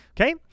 Okay